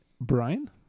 Brian